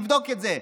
תבדוק את זה,